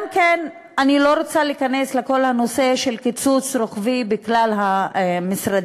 אני לא רוצה להיכנס לכל הנושא של קיצוץ רוחבי בכלל המשרדים,